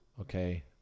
okay